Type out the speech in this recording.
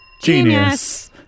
genius